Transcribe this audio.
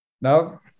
Now